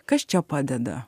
kas čia padeda